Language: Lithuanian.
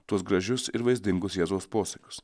tuos gražius ir vaizdingus jėzaus posakius